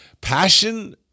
Passion